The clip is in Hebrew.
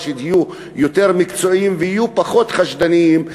שיהיו יותר מקצועיים ויהיו פחות חשדניים,